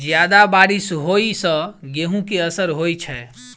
जियादा बारिश होइ सऽ गेंहूँ केँ असर होइ छै?